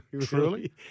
truly